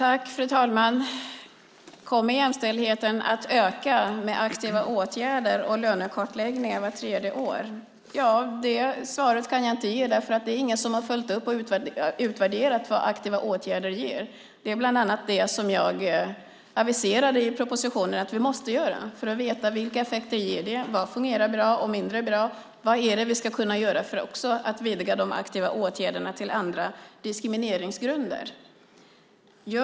Fru talman! Kommer jämställdheten att öka med aktiva åtgärder och lönekartläggning vart tredje år? Något svar på det kan jag inte ge. Det är ingen som har följt upp och utvärderat vad aktiva åtgärder ger. Det är bland annat det jag aviserade i propositionen att vi måste göra för att veta vilka effekter det ger, vad som fungerar bra och vad som fungerar mindre bra, vad vi ska kunna göra för att vidga de aktiva åtgärderna till att gälla även andra diskrimineringsgrunder.